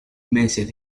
meses